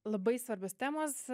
labai svarbios temos